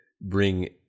bring